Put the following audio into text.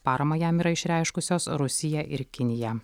paramą jam yra išreiškusios rusija ir kiniją